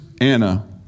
Anna